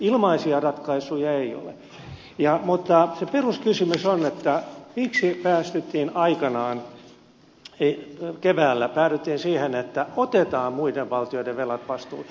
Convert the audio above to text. ilmaisia ratkaisuja ei ole mutta se peruskysymys on miksi aikanaan keväällä päädyttiin siihen että otetaan muiden valtioiden velat vastuulle